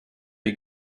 you